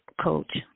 coach